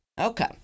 Okay